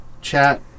chat